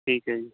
ਠੀਕ ਹੈ ਜੀ